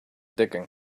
digging